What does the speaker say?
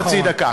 פחות מחצי דקה.